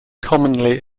commonly